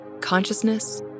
consciousness